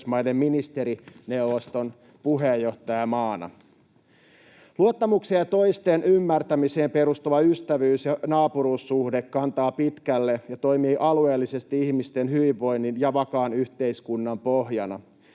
Pohjoismaiden ministerineuvoston puheenjohtajamaana. Luottamukseen ja toisten ymmärtämiseen perustuva ystävyys- ja naapuruussuhde kantaa pitkälle ja toimii alueellisesti ihmisten hyvinvoinnin ja vakaan yhteiskunnan pohjana.